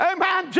Amen